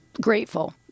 grateful